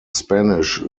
spanish